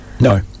No